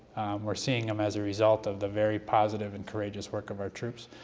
we're seeing them as a result of the very positive and courageous work of our troops.